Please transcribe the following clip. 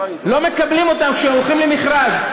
לא מקבלים אותם כשהם הולכים למכרז.